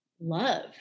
love